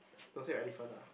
don't say elephant lah